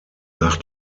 nach